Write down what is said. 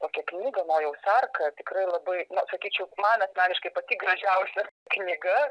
tokią knygą nojaus arka tikrai labai na sakyčiau man asmeniškai pati gražiausia knyga